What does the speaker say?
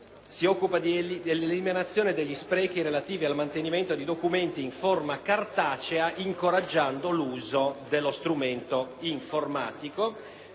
si occupa dell'eliminazione degli sprechi relativi al mantenimento di documenti in forma cartacea incoraggiando l'uso dello strumento informatico,